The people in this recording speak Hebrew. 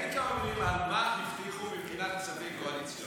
תגיד כמה מילים על מה שהבטיחו מבחינת כספים קואליציוניים.